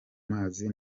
mazi